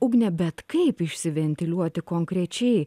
ugne bet kaip išsiventiliuoti konkrečiai